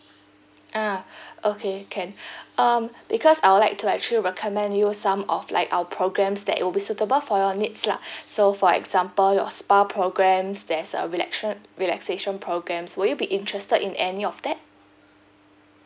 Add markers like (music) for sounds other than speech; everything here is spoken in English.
ah (breath) okay can (breath) um because I would like to actually recommend you some of like our programmes that it will be suitable for your needs lah (breath) so for example your spa programmes there's a relatio~ relaxation programmes would you be interested in any of that